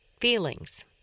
feelings